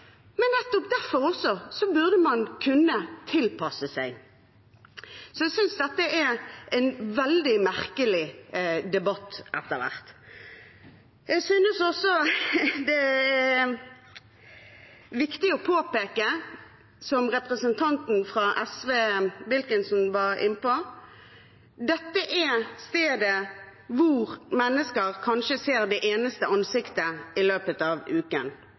Nettopp derfor burde man kunne tilpasse seg. Jeg synes dette er en veldig merkelig debatt etter hvert. Jeg synes også det er viktig å påpeke, som representanten fra SV, Wilkinson, var inne på, at dette er stedet hvor mennesker kanskje ser det eneste ansiktet i løpet av uken.